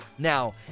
Now